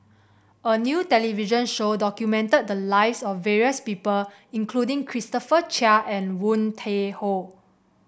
a new television show documented the lives of various people including Christopher Chia and Woon Tai Ho